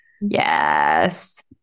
Yes